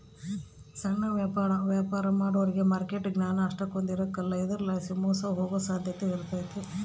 ಸಣ್ಣ ವ್ಯಾಪಾರ ಮಾಡೋರಿಗೆ ಮಾರ್ಕೆಟ್ ಜ್ಞಾನ ಅಷ್ಟಕೊಂದ್ ಇರಕಲ್ಲ ಇದರಲಾಸಿ ಮೋಸ ಹೋಗೋ ಸಾಧ್ಯತೆ ಇರ್ತತೆ